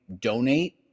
donate